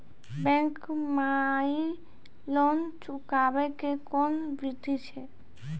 Bank माई loan चुकाबे के कोन बिधि छै?